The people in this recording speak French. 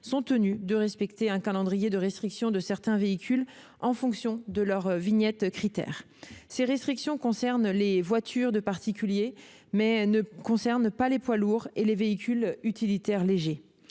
sont tenues de respecter un calendrier de restrictions à la circulation de certains véhicules, en fonction de leur vignette Crit'Air. Ces restrictions concernent les voitures de particuliers, et ne s'appliquent pas aux poids lourds ou aux véhicules utilitaires légers.